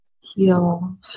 heal